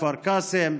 כפר קאסם,